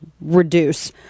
reduce